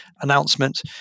announcement